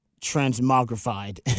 transmogrified